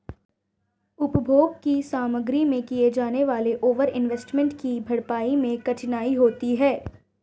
उपभोग की सामग्री में किए जाने वाले ओवर इन्वेस्टमेंट की भरपाई मैं कठिनाई होती है